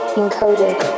encoded